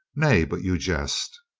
nay, but you jest.